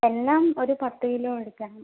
എല്ലാം ഒരു പത്തുകിലോ എടുക്കാൻ